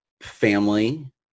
family